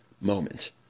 moment